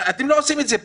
אתם לא עושים את זה פה.